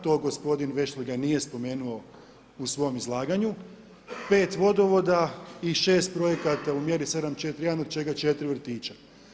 To gospodin Vešligaj nije spomenuo u svom izlaganju, 5 vodovoda i 6 projekata u mjeri 7.4.1., od čega 4 vrtića.